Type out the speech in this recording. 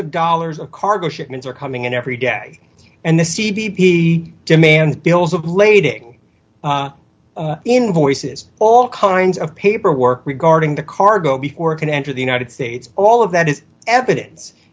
of dollars of cargo shipments are coming in every day and the c b p demand bills of lading invoices all kinds of paperwork regarding the cargo before it can enter the united states all of that is evidence